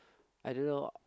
I don't know